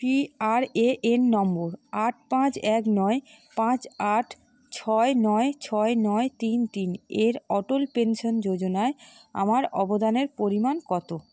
PRAN নম্বর আট পাঁচ এক নয় পাঁচ আট ছয় নয় ছয় নয় তিন তিন এর অটল পেনশন যোজনায় আমার অবদানের পরিমাণ কত